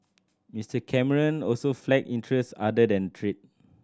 Mister Cameron also flagged interest other than trade